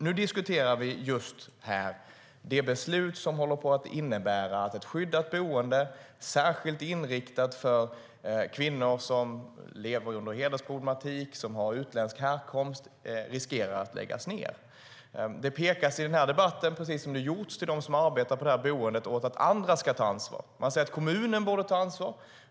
Nu diskuterar vi det beslut som håller på att innebära att ett skyddat boende, särskilt inriktat mot kvinnor som lever med hedersproblematik och har utländsk härkomst, riskerar att läggas ned. Det pekas i debatten på att andra ska ta ansvar. Man säger att kommunen borde ta ansvar.